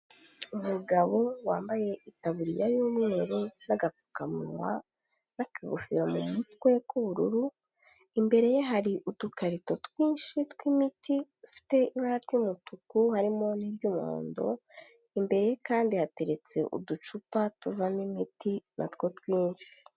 Umugabo wambaye itaburiya y'umweru n'agapfukamunwa n'akagofero mu mutwe k'ubururu, imbere ye hari udukarito twinshi tw'imiti, dufite ibara ry'umutuku, harimo n'iry'umuhondo, imbere ye kandi hateretse uducupa tuvamo imiti na two twinshi.